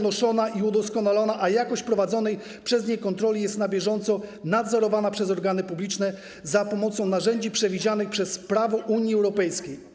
natomiast jakość prowadzonej przez nie kontroli jest na bieżąco nadzorowana przez organy publiczne za pomocą narzędzi przewidzianych przez prawo Unii Europejskiej.